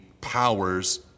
powers